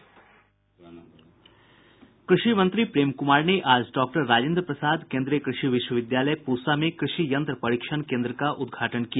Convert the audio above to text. कृषि मंत्री प्रेम क्मार ने आज डॉक्टर राजेन्द्र प्रसाद केन्द्रीय कृषि विश्वविद्यालय प्रसा में कृषि यंत्र परीक्षण केन्द्र का उद्घाटन किया